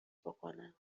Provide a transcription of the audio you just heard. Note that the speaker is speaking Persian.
بکنم